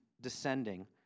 descending